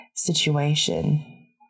situation